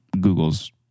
Google's